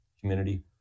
community